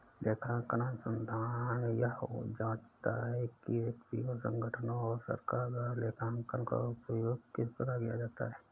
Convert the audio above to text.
लेखांकन अनुसंधान यह जाँचता है कि व्यक्तियों संगठनों और सरकार द्वारा लेखांकन का उपयोग किस प्रकार किया जाता है